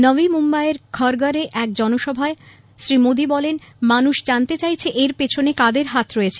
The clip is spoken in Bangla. নবি মুম্বাই এর খড়ঘরে এক জনসমাবেশে শ্রী মোদী বলেন মানুষ জানতে চাইছে এর পেছনে কাদের হাত রয়েছে